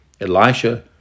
Elisha